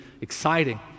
exciting